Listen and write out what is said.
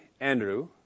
Andrew